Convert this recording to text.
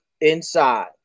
inside